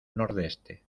nordeste